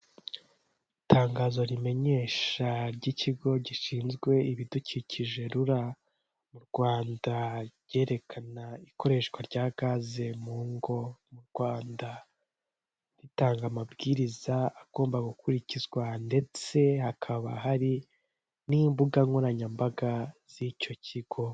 Itangazo rimenyesha ry'ikigo gishinzwe ibidukikije "rura" mu Rwanda; ryerekana ikoreshwa rya gaze mu ngo mu Rwanda. Ritanga amabwiriza agomba gukurikizwa, ndetse hakaba hari n'imbuga nkoranyambaga z'icyo kigo.